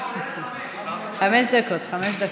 חמש דקות.